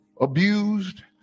abused